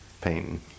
painting